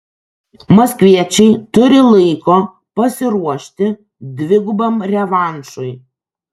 maskviečiai turi laiko pasiruošti dvigubam revanšui